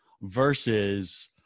versus